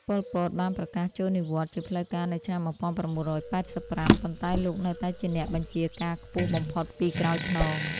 ប៉ុល ពត បានប្រកាសចូលនិវត្តន៍ជាផ្លូវការនៅឆ្នាំ១៩៨៥ ប៉ុន្តែលោកនៅតែជាអ្នកបញ្ជាការខ្ពស់បំផុតពីក្រោយខ្នង។